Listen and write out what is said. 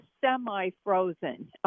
semi-frozen